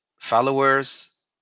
followers